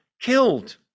killed